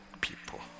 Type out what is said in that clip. people